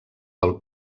del